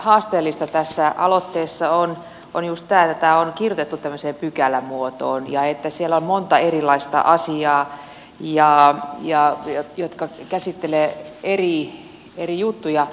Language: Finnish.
haasteellista tässä aloitteessa on just tämä että tämä on kirjoitettu tämmöiseen pykälämuotoon ja että siellä on monta erilaista asiaa jotka käsittelevät eri juttuja